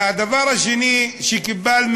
והדבר השני שקיבלנו,